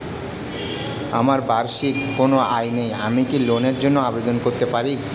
আমার বার্ষিক কোন আয় নেই আমি কি লোনের জন্য আবেদন করতে পারি?